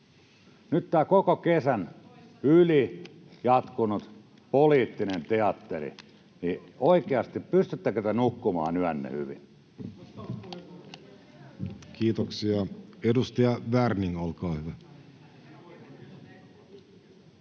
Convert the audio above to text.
Nyt kun on koko kesän yli jatkunut tämä poliittinen teatteri, niin oikeasti, pystyttekö te nukkumaan yönne hyvin? Kiitoksia. — Edustaja Werning, olkaa hyvä.